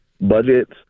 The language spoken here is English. budgets